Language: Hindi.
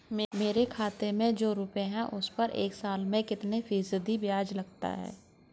मेरे खाते में जो रुपये हैं उस पर एक साल में कितना फ़ीसदी ब्याज लगता है?